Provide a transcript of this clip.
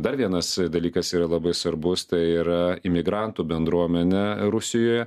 dar vienas dalykas yra labai svarbus tai yra imigrantų bendruomenė rusijoje